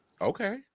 Okay